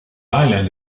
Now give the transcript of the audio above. island